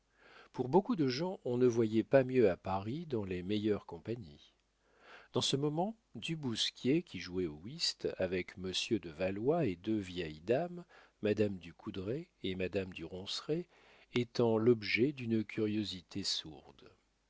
pour beaucoup de gens on ne voyait pas mieux à paris dans les meilleures compagnies dans ce moment du bousquier qui jouait au whist avec monsieur de valois et deux vieilles dames madame du couderai et madame du ronceret était l'objet d'une curiosité sourde